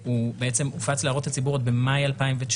הופץ להערות הציבור עוד במאי 2019,